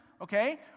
Okay